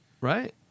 Right